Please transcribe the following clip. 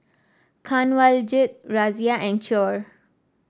Kanwaljit Razia and Choor